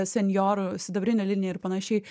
senjorų sidabrinė linija ir panašiai